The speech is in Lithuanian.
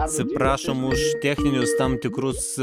atsiprašom už techninius tam tikrus